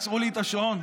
עצרו לי את השעון,